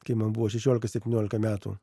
kai man buvo šešiolika septyniolika metų